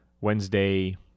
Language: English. wednesday